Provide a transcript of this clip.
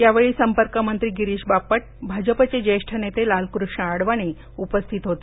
यावेळी संपर्कमंत्री गिरीश बापट भाजपचे ज्येष्ठ नेते लालकृष्ण आडवाणी उपस्थित होते